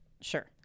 Sure